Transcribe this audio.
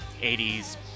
80s